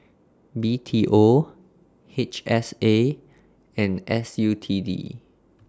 B T O H S A and S U T D